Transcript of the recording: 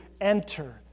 enter